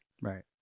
Right